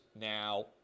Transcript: now